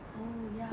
oh ya